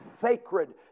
sacred